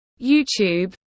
YouTube